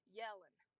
yelling